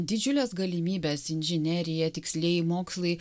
didžiules galimybes inžinerija tikslieji mokslai